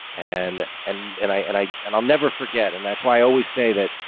and and and i and i and i'll never forget. and that's why i always say that.